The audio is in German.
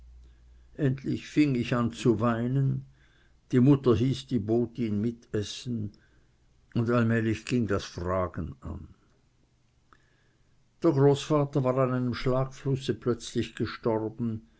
endlich fing ich an zu weinen die mutter hieß die botin mitessen und allmählich ging das fragen an der großvater war an einem schlagflusse plötzlich gestorben